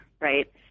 right